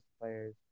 players